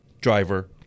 driver